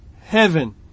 heaven